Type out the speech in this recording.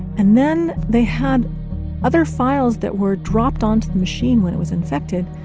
and then they had other files that were dropped onto the machine when it was infected,